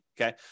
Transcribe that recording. okay